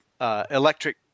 electric